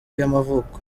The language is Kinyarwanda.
y’amavuko